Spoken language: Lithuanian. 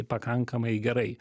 pakankamai gerai